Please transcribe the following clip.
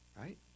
right